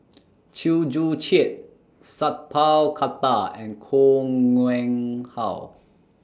Chew Joo Chiat Sat Pal Khattar and Koh Nguang How